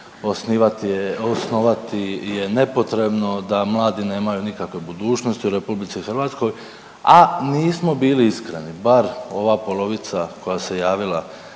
osnovati je nepotrebno, da mladi nemaju nikakve budućnosti u Republici Hrvatskoj, a nismo bili iskreni, bar ova polovica koja se javila